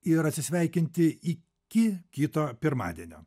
ir atsisveikinti iki kito pirmadienio